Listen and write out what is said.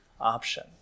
option